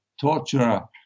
torturer